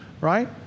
Right